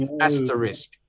Asterisk